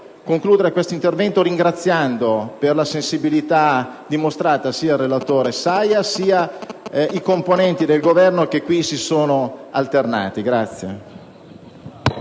concludere l'intervento ringraziando per la sensibilità dimostrata sia il relatore Saia sia i componenti del Governo che qui si sono alternati.